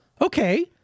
okay